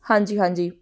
ਹਾਂਜੀ ਹਾਂਜੀ